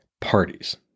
Parties